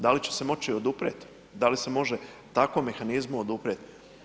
Da li će se moći oduprijeti, da li se može takvom mehanizmu oduprijeti?